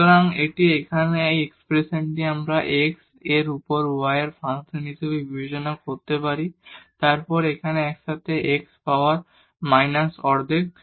সুতরাং এখন এটি এখানে এই এক্সপ্রেশনটি আমরা x এর উপর y এর ফাংশন হিসাবে বিবেচনা করতে পারি এবং তারপর এখানে একসাথে x পাওয়ার মাইনাস অর্ধেক